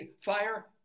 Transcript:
Fire